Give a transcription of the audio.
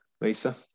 Lisa